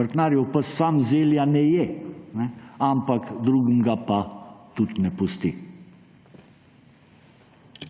vrtnarjev pes sam zelja ne je, ampak drugim ga pa tudi ne pusti.